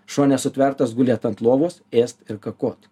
šuo nesutvertas gulėt ant lovos ėst ir kakot